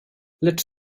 lecz